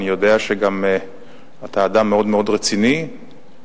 ואני יודע שאתה גם אדם מאוד מאוד רציני ואינטליגנטי,